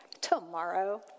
tomorrow